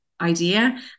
idea